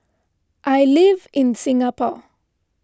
I live in Singapore